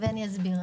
אני אסביר.